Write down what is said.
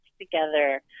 together